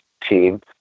team